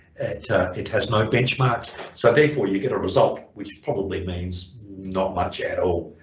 it has no benchmarks so therefore you get a result which probably means not much at all